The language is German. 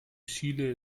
chile